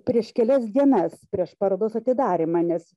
prieš kelias dienas prieš parodos atidarymą nes